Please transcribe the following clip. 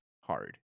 hard